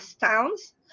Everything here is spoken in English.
towns